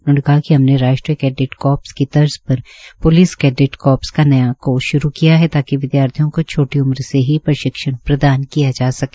उन्होंने कहा कि हमने राष्ट्रीय कैडेट कोर्पस की तर्ज पर प्लिस कैडेट कोर्पस का नया कोर्स श्रू किया है ताकि विद्यार्थियों को छोटी उम्र से ही प्रशिक्षण प्रदान किया जा सके